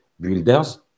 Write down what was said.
builders